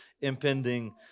impending